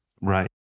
right